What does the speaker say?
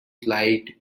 slide